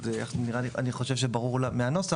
למרות שאני חושב שזה ברור גם מהנוסח: